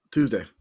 Tuesday